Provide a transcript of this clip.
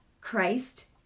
Christ